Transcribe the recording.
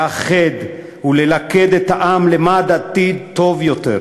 לאחד וללכד את העם למען עתיד טוב יותר,